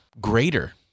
greater